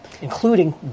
including